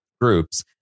groups